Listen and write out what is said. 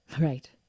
Right